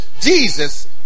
Jesus